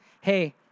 hey